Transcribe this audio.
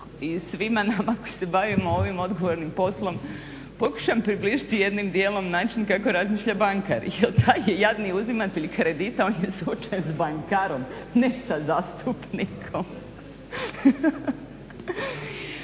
i svima nama koji se bavimo ovim odgovornim poslom pokušam približiti jednim dijelom način kako razmišlja bankar. Jer taj je jadni uzimatelj kredita, on je slučajno bankar, ne sa zastupnikom.